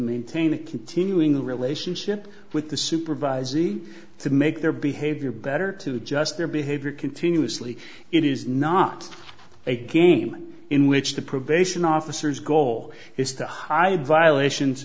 maintain a continuing relationship with the supervisee to make their behavior better to adjust their behavior continuously it is not a game in which the probation officers goal is to hide violations